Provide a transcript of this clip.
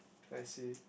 I see